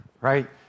right